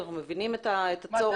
אנחנו מבינים את הצורך.